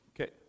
Okay